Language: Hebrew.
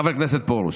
חבר הכנסת פרוש?